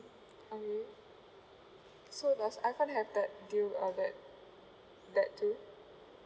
um so does iPhone had that deal uh that that too